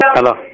Hello